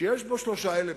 שיש בו שלושה אלמנטים: